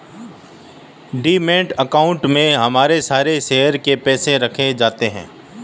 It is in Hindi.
डिमैट अकाउंट में हमारे सारे शेयर के पैसे रखे जाते हैं